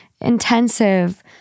intensive